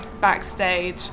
backstage